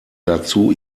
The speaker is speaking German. dazu